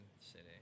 city